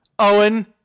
Owen